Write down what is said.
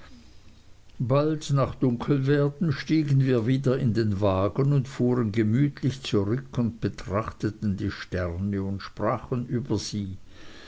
bald nach dunkelwerden stiegen wir wieder in den wagen und fuhren gemütlich zurück und betrachteten die sterne und sprachen über sie